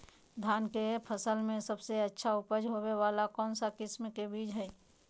धान के फसल में सबसे अच्छा उपज होबे वाला कौन किस्म के बीज हय?